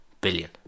billion